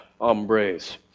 hombres